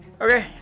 Okay